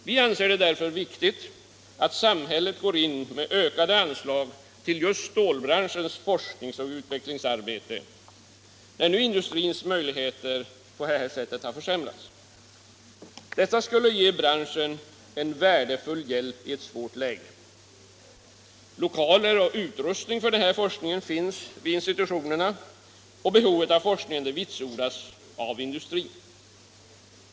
Vi anser det därför viktigt att samhället går in med ökade anslag till just stålbranschens forskningsoch utvecklingsarbete, när nu industrins möjligheter på det här området har försämrats. Detta skulle ge branschen en värdefull hjälp i ett svårt läge. Lokaler och utrustning för denna forskning finns vid institutionerna, och behovet av forskningen vitsordas av industrin.